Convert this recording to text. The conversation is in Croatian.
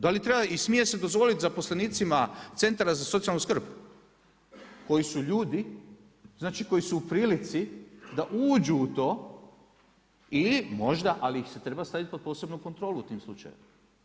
Da li treba i smijese dozvoliti zaposlenicima centara za socijalnu skrb koji su ljudi, znači koji su u prilici da uđu u to ali ih se treba staviti pod posebnu kontrolu u tim slučajevima.